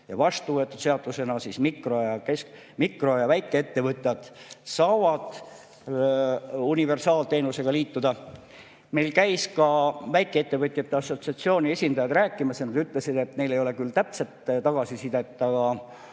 vastu võetud seadusena, et mikro‑ ja väikeettevõtjad saavad universaalteenusega liituda. Meil käisid ka väikeettevõtjate assotsiatsiooni esindajad rääkimas ja nad ütlesid, et neil ei ole küll täpset tagasisidet, aga